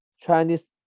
Chinese